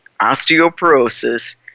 osteoporosis